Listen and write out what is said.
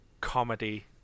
comedy